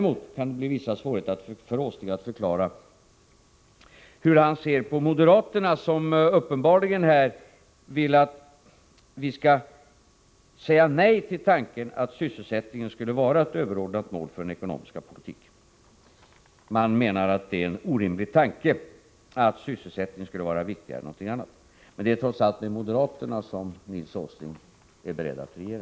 Det kan vara vissa svårigheter för herr Åsling att förklara hur han ser på moderaterna, som uppenbarligen vill att vi skall säga nej till tanken att sysselsättningen skulle vara ett överordnat mål för den ekonomiska politiken. Man menar att det är en orimlig tanke att sysselsättningen skulle vara viktigare än någonting annat. Det är trots allt med moderaterna som Nils Åsling är beredd att regera.